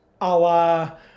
Allah